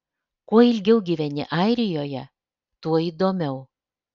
kuo ilgiau gyveni airijoje tuo įdomiau